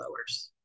lowers